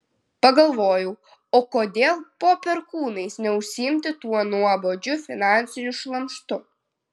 pagalvojau o kodėl po perkūnais neužsiimti tuo nuobodžiu finansiniu šlamštu